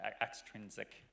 extrinsic